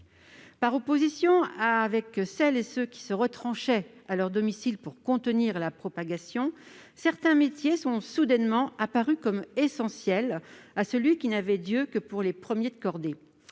par opposition à celles et ceux qui se retranchaient à leur domicile pour contenir la propagation du virus. Certains métiers sont soudainement apparus comme essentiels à celui qui n'avait d'yeux que pour « les premiers de cordée